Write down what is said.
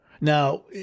Now